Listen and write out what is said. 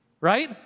right